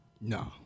No